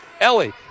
Ellie